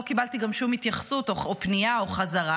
לא קיבלתי גם שום התייחסות או פנייה או חזרה,